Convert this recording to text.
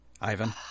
Ivan